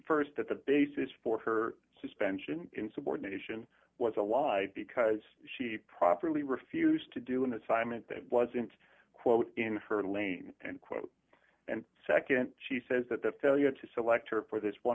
st that the basis for her suspension insubordination was a lie because she properly refused to do an assignment that wasn't quote in her lane and quote and nd she says that the failure to select her for this one